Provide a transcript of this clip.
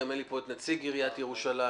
את נציג עיריית ירושלים,